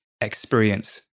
experience